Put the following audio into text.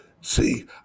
See